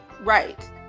Right